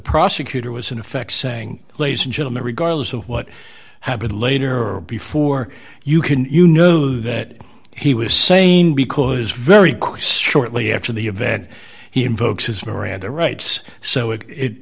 prosecutor was in effect saying ladies and gentlemen regardless of what happened later or before you can you know that he was sane because very shortly after the event he invokes his miranda rights so it it